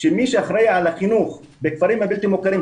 שמי שאחראי על החינוך בכפרים הבלתי מוכרים,